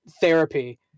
therapy